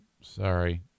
Sorry